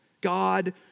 God